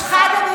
שחידם,